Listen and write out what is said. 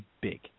big